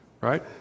right